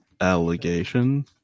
allegation